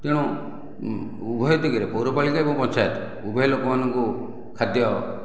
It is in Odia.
ତେଣୁ ଉଭୟ ଦିଗରେ ପୌରପାଳିକା ଏବଂ ପଞ୍ଚାୟତ ଉଭୟ ଲୋକମାନଙ୍କୁ ଖାଦ୍ୟ